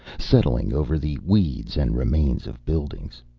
settling over the weeds and remains of buildings,